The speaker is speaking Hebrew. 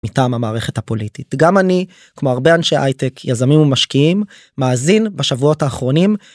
מטעם המערכת הפוליטית גם אני כמו הרבה אנשי הייטק יזמים ומשקיעים מאזין בשבועות האחרונים.